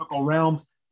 realms